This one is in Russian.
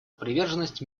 приверженность